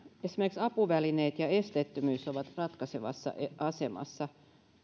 esimerkiksi apuvälineet ja esteettömyys ovat ratkaisevassa asemassa